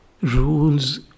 rules